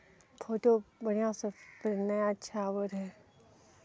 photo बढ़िआँसँ नहि अच्छा आबैत रहै